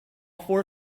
four